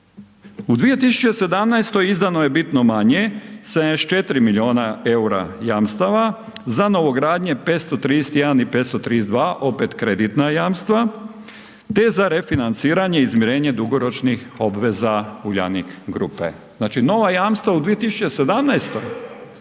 U 2017. izdano je bitno manje 74 milijuna eura jamstava za novogradnje 531 i 532 opet kreditna jamstva, te za refinanciranje i izmirenje dugoročnih obveza Uljanik grupe. Znači nova jamstva u 2017.